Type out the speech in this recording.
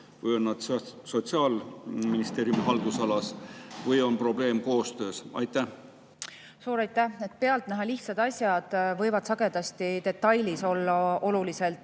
või on need Sotsiaalministeeriumi haldusalas või on probleem koostöös? Suur aitäh! Pealtnäha lihtsad asjad võivad sagedasti detailis olla oluliselt